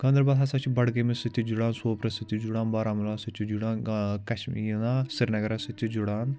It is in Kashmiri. گانٛدَربَل ہَسا چھِ بَڈگٲمہِ سۭتی جُڑان سوپرٕ سۭتۍ تہِ جُڑان بارہمولہ سۭتۍ چھِ جُڑان کَشمیٖنا سرینگرَس سۭتۍ تہِ جُڑان